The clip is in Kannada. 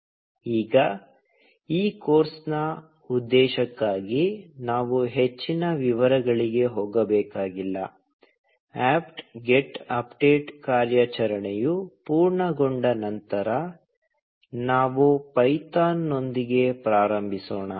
ಈಗ ಈ ಕೋರ್ಸ್ನ ಉದ್ದೇಶಕ್ಕಾಗಿ ನಾವು ಹೆಚ್ಚಿನ ವಿವರಗಳಿಗೆ ಹೋಗಬೇಕಾಗಿಲ್ಲ apt get update ಕಾರ್ಯಾಚರಣೆಯು ಪೂರ್ಣಗೊಂಡ ನಂತರ ನಾವು ಪೈಥಾನ್ನೊಂದಿಗೆ ಪ್ರಾರಂಭಿಸೋಣ